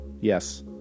Yes